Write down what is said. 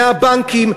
מהבנקים,